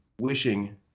wishing